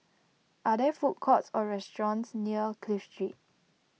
are there food courts or restaurants near Clive Street